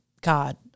God